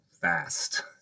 fast